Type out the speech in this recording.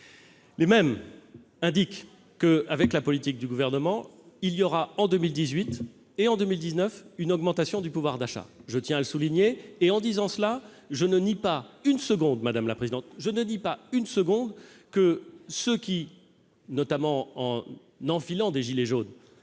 Les mêmes indiquent que, avec la politique du Gouvernement, il y aura, en 2018 et en 2019, une augmentation du pouvoir d'achat. Je tiens à le souligner et, en disant cela, je ne nie pas une seconde, madame la présidente Assassi, que ceux qui enfilent des gilets jaunes